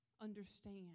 understand